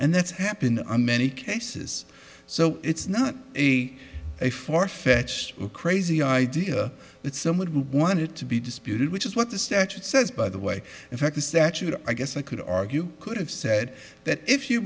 and that's happened in many cases so it's not a a far fetched a crazy idea that someone who wanted to be disputed which is what the statute says by the way in fact the statute i guess i could argue could have said that if